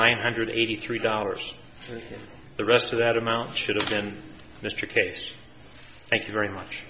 nine hundred eighty three dollars and the rest of that amount should have been mr case thank you very much